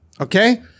Okay